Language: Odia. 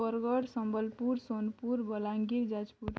ବରଗଡ଼ ସମ୍ବଲପୁର ସୋନପୁର ବଲାଙ୍ଗୀର ଯାଜପୁର